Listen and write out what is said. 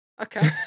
Okay